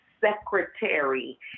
secretary